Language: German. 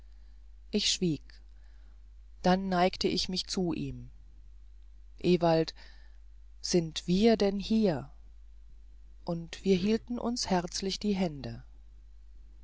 ich schwieg dann neigte ich mich zu ihm ewald sind wir denn hier und wir hielten uns herzlich die hände